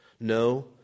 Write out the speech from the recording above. no